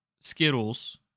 Skittles